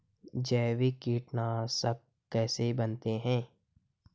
जैविक कीटनाशक कैसे बनाते हैं?